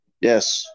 Yes